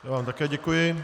Já vám také děkuji.